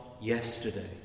yesterday